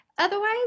Otherwise